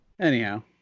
anyhow